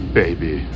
baby